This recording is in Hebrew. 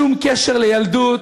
שום קשר לילדות,